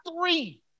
three